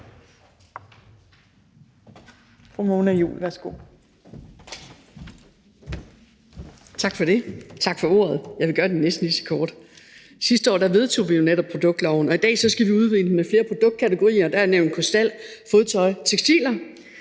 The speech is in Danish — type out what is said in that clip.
fru Mona Juul. Værsgo.